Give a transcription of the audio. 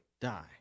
die